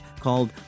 called